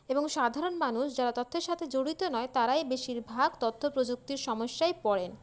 এবং সাধারণ মানুষ যারা তথ্যের সাথে জড়িত নয় তারাই বেশিরভাগ তথ্যপ্রযুক্তির সমস্যায় পড়েন